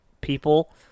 people